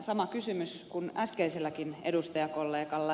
sama kysymys kuin äskeiselläkin edustajakollegalla